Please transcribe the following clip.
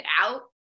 out